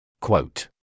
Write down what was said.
Quote